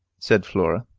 said flora.